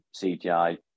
CGI